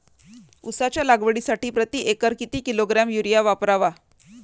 उसाच्या लागवडीसाठी प्रति एकर किती किलोग्रॅम युरिया वापरावा?